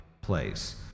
place